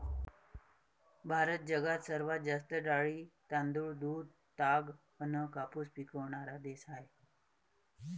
भारत जगात सर्वात जास्त डाळी, तांदूळ, दूध, ताग अन कापूस पिकवनारा देश हाय